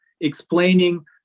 explaining